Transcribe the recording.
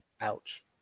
Ouch